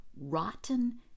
rotten